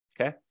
okay